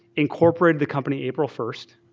incorporated the company april first,